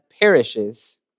perishes